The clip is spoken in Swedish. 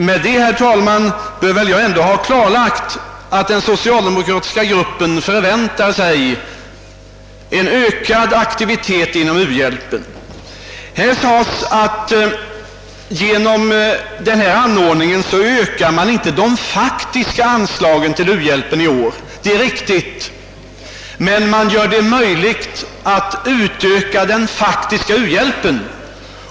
Med detta, herr talman, bör jag väl ha klarlagt att den socialdemokratiska gruppen förväntar sig en ökad aktivitet i u-landshjälpen. Det har sagts här att vi genom den föreslagna anordningen inte ökar de faktiska anslagen till u-hjälpen i år. Det är riktigt. Men vi gör det möjligt att ut öka den faktiska u-hjälpen.